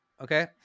Okay